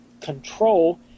control